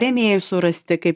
rėmėjai surasti kaip